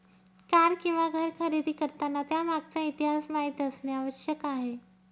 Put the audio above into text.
car किंवा घर खरेदी करताना त्यामागचा इतिहास माहित असणे आवश्यक आहे